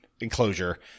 enclosure